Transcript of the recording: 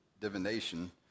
divination